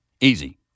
Easy